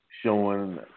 showing